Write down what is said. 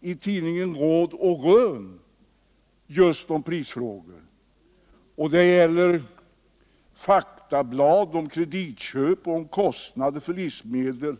i tidningen Råd och Rön just om prisfrågor. Det gäller faktablad om kreditköp och om kostnader för livsmedel.